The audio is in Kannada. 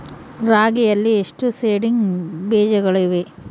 ರಾಗಿಯಲ್ಲಿ ಎಷ್ಟು ಸೇಡಿಂಗ್ ಬೇಜಗಳಿವೆ?